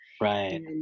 Right